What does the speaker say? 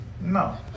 No